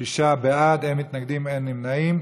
שישה בעד, אין מתנגדים, אין נמנעים.